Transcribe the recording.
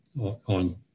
on